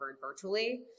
virtually